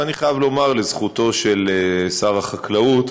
אבל אני חייב לומר לזכותו של שר החקלאות